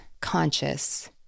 conscious